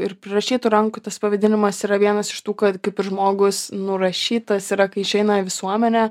ir prirašytų rankų tas pavadinimas yra vienas iš tų kad kaip ir žmogus nurašytas yra kai išeina į visuomenę